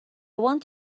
want